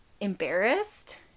embarrassed